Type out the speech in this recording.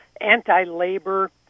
anti-labor